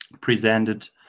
presented